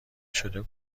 شده